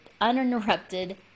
uninterrupted